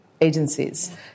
agencies